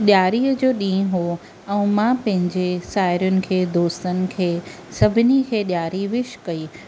ॾिआरीअ जो ॾींहुं हुओ ऐं मां पंहिंजे साहेड़िनि खे दोस्तनि खे सभिनी खे ॾिआरी विश कई